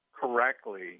correctly